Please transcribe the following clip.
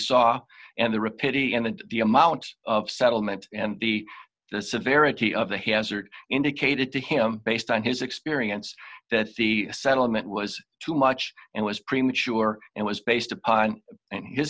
and the amount of settlement and the severity of the hazard indicated to him based on his experience that the settlement was too much and was premature and was based upon in his